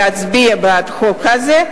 להצביע בעד הצעת החוק הזאת,